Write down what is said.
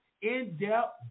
in-depth